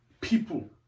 people